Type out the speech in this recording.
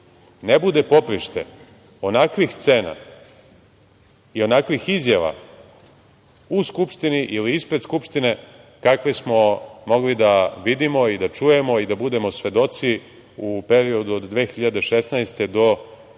ne bude poprište onakvih scena i onakvih izjava u Skupštini ili ispred Skupštine, kakve smo mogli da vidimo i da čujemo i da budemo svedoci u periodu od 2016. godine